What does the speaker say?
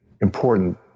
important